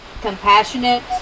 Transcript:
compassionate